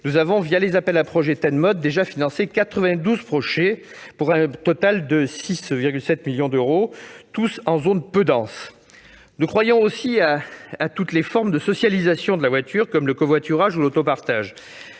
mobilités durables (Tenmod), nous avons déjà financé 92 projets pour un total de 6,7 millions d'euros, tous en zone peu dense. Nous croyons aussi à toutes les formes de socialisation de la voiture, comme le covoiturage ou l'autopartage.